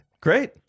Great